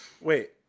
Wait